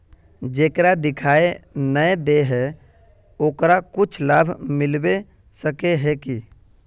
जेकरा दिखाय नय दे है ओकरा कुछ लाभ मिलबे सके है की?